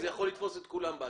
זה יכול לתפוס את כולם בעתיד.